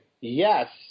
Yes